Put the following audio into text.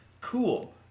Cool